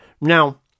Now